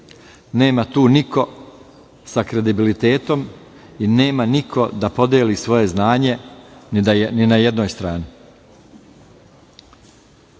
nema tu niko sa kredibilitetom i nema niko da podeli svoje znanje ni na jednoj strani.